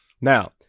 Now